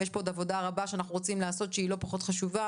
יש פה עוד עבודה רבה שאנחנו רוצים לעשות ושהיא לא פחות חשובה,